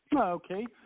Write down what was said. Okay